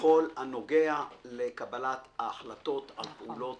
בכל הנוגע לקבלת ההחלטות על פעולות